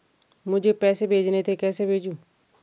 मुझे पैसे भेजने थे कैसे भेजूँ?